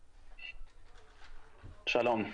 שלום.